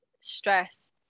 stress